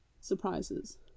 surprises